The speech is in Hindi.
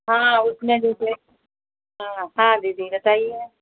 हाँ उतना जैसे हाँ हाँ दीदी बताइए